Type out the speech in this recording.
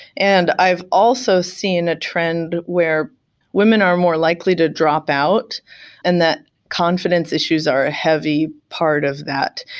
and i've also seen a trend where women are more likely to drop out and that confidence issues are heavy part of that.